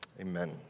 amen